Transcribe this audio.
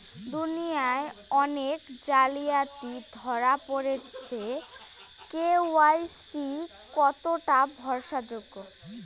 দুনিয়ায় অনেক জালিয়াতি ধরা পরেছে কে.ওয়াই.সি কতোটা ভরসা যোগ্য?